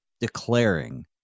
declaring